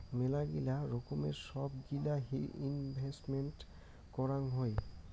মেলাগিলা রকমের সব গিলা ইনভেস্টেন্ট করাং হই